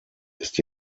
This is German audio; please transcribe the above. ist